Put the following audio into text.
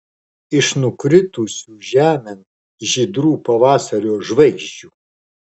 iš nukritusių žemėn žydrų pavasario žvaigždžių